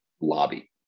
lobby